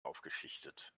aufgeschichtet